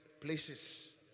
places